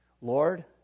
Lord